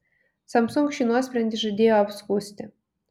samsung šį nuosprendį žadėjo apskųsti